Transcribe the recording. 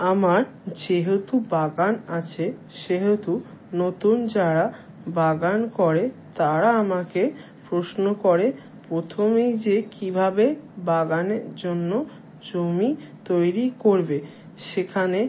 আমার যেহেতু বাগান আছে সেহেতু নতুন যারা বাগান করে তারা আমাকে প্রশ্ন করে প্রথমেই যে কীভাবে বাগানের জন্য জমি তৈরি করবে সেখানে